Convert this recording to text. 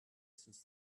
since